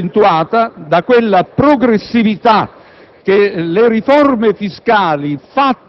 ed è stato accentuato da quella progressività che le riforme fiscali